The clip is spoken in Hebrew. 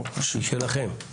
היא שלכם.